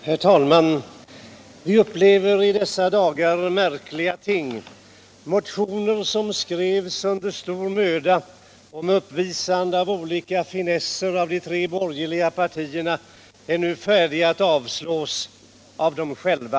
Herr talman! Vi upplever i dessa dagar märkliga ting. Motioner som de borgerliga partierna skrev under stor möda och med uppvisande av 95 olika finesser är nu färdiga att avslås av dem själva.